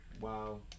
Wow